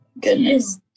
goodness